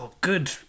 good